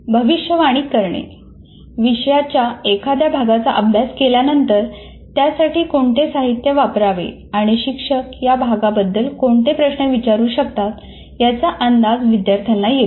भविष्यवाणी करणे विषयाच्या एखाद्या भागाचा अभ्यास केल्यानंतर त्यासाठी कोणते साहित्य वापरावे आणि शिक्षक या भागाबद्दल कोणते प्रश्न विचारू शकतात याचा अंदाज विद्यार्थ्यांना येतो